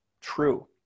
true